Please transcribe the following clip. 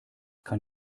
kann